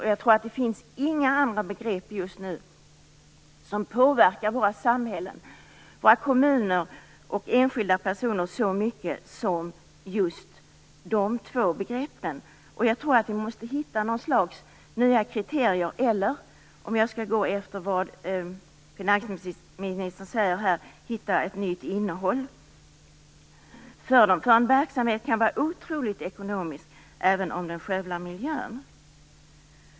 Jag tror inte att det finns några andra begrepp just nu som påverkar våra samhällen, våra kommuner och enskilda personer så mycket som just dessa två begrepp. Jag tror att vi måste hitta något slags nya kriterier, eller, om jag skall gå efter vad finansministern säger här, hitta ett nytt innehåll. En verksamhet kan vara otroligt ekonomisk även om den skövlar miljön.